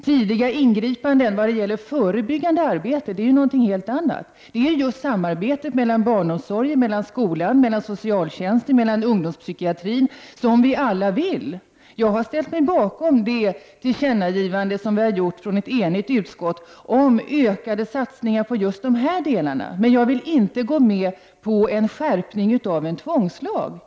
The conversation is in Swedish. Tidiga ingripanden vad gäller förebyggande arbete är någonting helt annat; det är just samarbetet mellan barnomsorgen, skolan, socialtjänsten och ungdomspsykiatrin. Det vill vi alla ha. Jag har också ställt mig bakom det tillkännagivande som ett enigt utskott har gjort om ökade satsningar på just dessa delar, men jag vill inte gå med på en skärpning av en tvångslag.